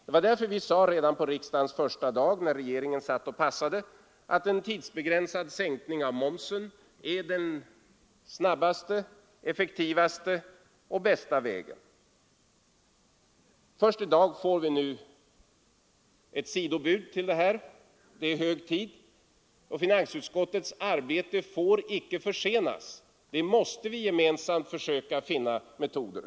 Det var därför vi sade redan på riksdagens första dag, när regeringen satt och passade, att en tidsbegränsad sänkning av momsen är den snabbaste, effektivaste och bästa vägen. Först i dag får vi nu ett sidobud till detta. Det är hög tid. Finansutskottets arbete får icke försenas, utan vi måste gemensamt försöka finna metoder.